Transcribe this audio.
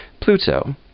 Pluto